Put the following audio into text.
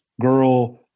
girl